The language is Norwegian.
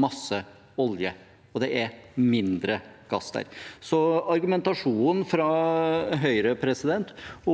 masse olje, og det er mindre gass der. Så argumentasjonen fra Høyre